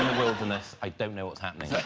wilderness i don't know what's happening